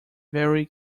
very